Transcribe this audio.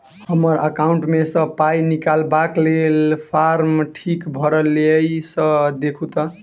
हम्मर एकाउंट मे सऽ पाई निकालबाक लेल फार्म ठीक भरल येई सँ देखू तऽ?